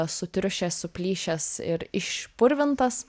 sutriušęs suplyšęs ir išpurvintas